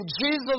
Jesus